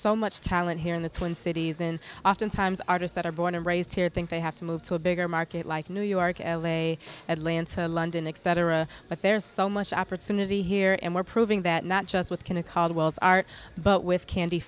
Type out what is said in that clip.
so much talent here in the twin cities in oftentimes artists that are born and raised here think they have to move to a bigger market like new york l a atlanta london accent or a but there's so much opportunity here and we're proving that not just with kennecott well as art but with candy